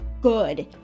good